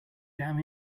damn